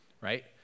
right